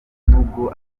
nubwo